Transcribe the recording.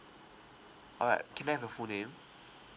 uh can I have your full name